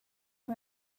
who